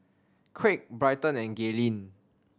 Craig Bryton and Gaylene